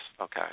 okay